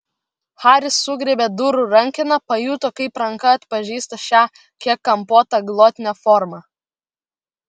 haris sugriebė durų rankeną pajuto kaip ranka atpažįsta šią kiek kampuotą glotnią formą